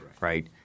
Right